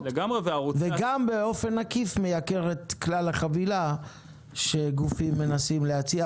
וגם באופן עקיף מייקר את כלל החבילה שגופים מנסים להציע.